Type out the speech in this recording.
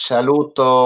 Saluto